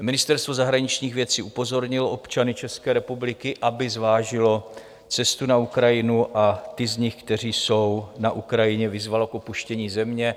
Ministerstvo zahraničních věcí upozornilo občany České republiky, aby zvážili cestu na Ukrajinu, a ty z nich, kteří jsou na Ukrajině, vyzvalo k opuštění země.